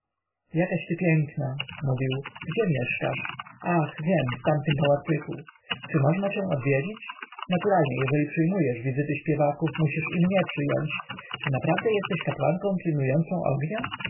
jakaś ty piękna mówił gdzie mieszkasz ach wiem w tamtym pałacyku czy można cię odwiedzić naturalnie jeżeli przyjmujesz wizyty śpiewaków musisz i mnie przyjąć czy naprawdę jesteś kapłanką pilnującą ognia